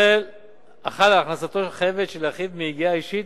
החלה על הכנסתו החייבת של יחיד מיגיעה אישית